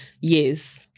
yes